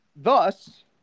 Thus